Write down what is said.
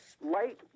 Light